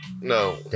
No